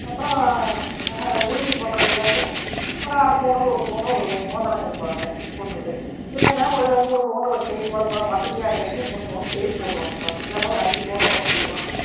அப்புறம் அதை உறுதி பண்ணுறதுக்காக ஒரு அரைப்பவுனோ ஒரு பவுன் ஒரு மோதிரம் எடுப்பாங்க பொண்ணுக்கு இல்லைன்னா ஒரு மூணு பவுனில் ஒரு செயின் கூட போடுவாங்க வசதியாக இருக்கிறவங்க மூணு பவுன் செயின் போடுவாங்கப்பா இல்லைன்னால் ஒரு அஞ்சு பவுனில் கூட போடுவாங்க